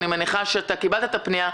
אני מניחה שאתה קיבלת את הפנייה.